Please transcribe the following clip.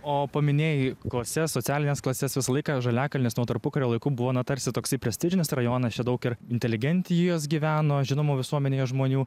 o paminėjai klases socialines klases visą laiką žaliakalnis nuo tarpukario laikų buvo na tarsi toksai prestižinis rajonas čia daug ir inteligentijos gyveno žinomų visuomenėje žmonių